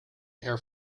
air